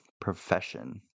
profession